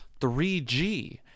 3g